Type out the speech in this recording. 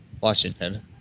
Washington